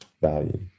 value